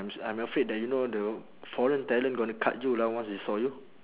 I'm s~ I'm afraid that you know the foreign talent gonna cut you lah once they saw you